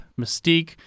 Mystique